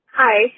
Hi